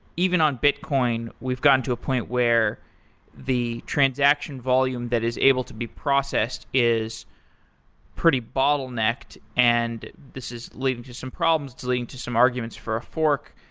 even on bitcoin, we've gotten to a point where the transaction volume that is able to be processed is pretty bottlenecked and this is leading to some problems, leading to some arguments for a fork.